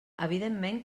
evidentment